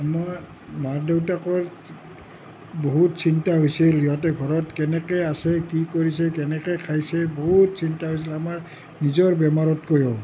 মাক দেউতাকৰ বহুত চিন্তা হৈছিল সিহঁতি ঘৰত কেনেকে আছে কি কৰিছে কেনেকে খাইছে বহুত চিন্তা হৈছিল আমাৰ নিজৰ বেমাৰতকেও